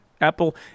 Apple